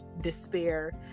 despair